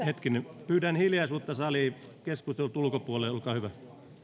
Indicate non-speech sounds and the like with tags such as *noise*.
*unintelligible* hetkinen pyydän hiljaisuutta saliin keskustelut ulkopuolelle olkaa hyvä